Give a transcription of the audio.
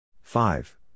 Five